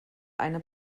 eine